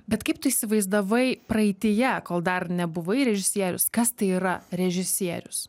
bet kaip tu įsivaizdavai praeityje kol dar nebuvai režisierius kas tai yra režisierius